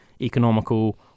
economical